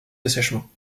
dessèchement